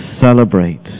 celebrate